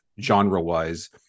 genre-wise